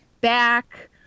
back